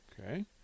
Okay